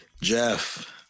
Jeff